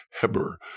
Heber